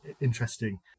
interesting